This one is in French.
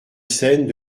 scène